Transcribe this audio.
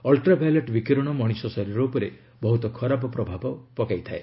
ultraviolet ବିକୀରଣର ମଣିଷ ଶରୀର ଉପରେ ବହୁତ ଖରାପ ପ୍ରଭାବ ପଡ଼ିଥାଏ